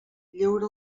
lleure